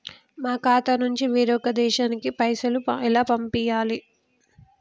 మా ఖాతా నుంచి వేరొక దేశానికి పైసలు ఎలా పంపియ్యాలి?